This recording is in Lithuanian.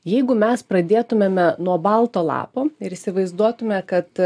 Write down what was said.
jeigu mes pradėtumėme nuo balto lapo ir įsivaizduotume kad